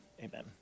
amen